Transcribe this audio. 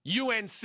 UNC